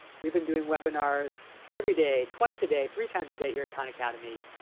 we've been doing webinars everyday, twice a day, three times a day here at khan academy,